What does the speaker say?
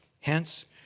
Hence